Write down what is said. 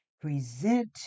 present